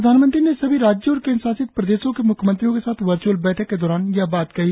प्रधानमंत्री ने सभी राज्यों और केंद्र शासित प्रदेशों के मुख्यमंत्रियों के साथ वर्च्अल बैठक के दौरान यह बात कही